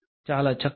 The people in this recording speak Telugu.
చాలా చక్కగా